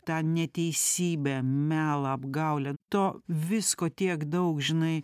tą neteisybę melą apgaulę to visko tiek daug žinai